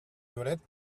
toilette